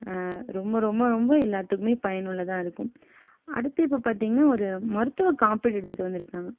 ரொம்ப ரொம்ப ரொம்ப எல்லாத்துக்கும் பயனுள்ளதாக இருக்கும் அடுத்து இப்போ பார்த்தீங்கன்னா மருத்துவக் காப்பீடு எடுத்துட்டு வந்துருக்காங்க